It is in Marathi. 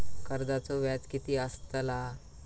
कर्जाचो व्याज कीती असताला?